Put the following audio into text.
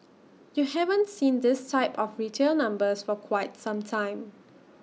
you haven't seen this type of retail numbers for quite some time